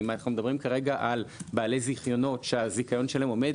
אם אנחנו מדברים כרגע על בעלי זיכיונות שהזיכיון שלהם עומד